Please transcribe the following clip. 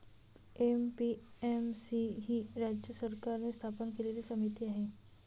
APMC ही राज्य सरकारने स्थापन केलेली समिती आहे